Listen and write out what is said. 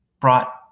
brought